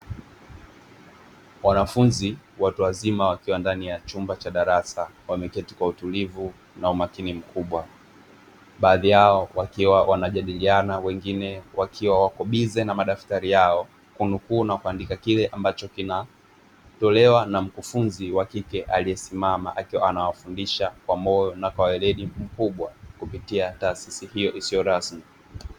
Wanafunzi watu wazima, wakiwa ndani ya chumba cha darasa, wameketi kwa utulivu na umakini mkubwa, baadhi yao wakiwa wanajadiliana, wengine wakiwa wako bize na madaftari yao kunukuu na kuandika kile ambacho kinatolewa na mkufunzi wa kike aliyesimama, akiwa anawafundisha kwa moyo na kwa weledi mkubwa kupitia taasisi hiyo isiyo rasmi.